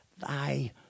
thy